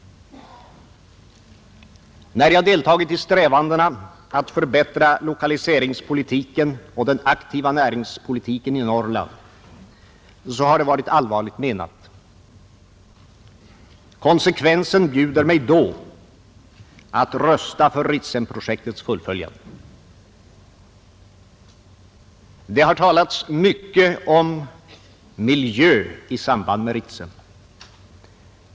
När jag deltagit i strävandena att förbättra lokaliseringspolitiken och den aktiva näringspolitiken i Norrland, har det varit allvarligt menat. Konsekvensen bjuder mig då att rösta för Ritsemprojektets fullföljande. Det har talats mycket om miljö i samband med Ritsem.